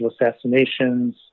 assassinations